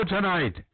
Tonight